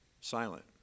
silent